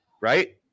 right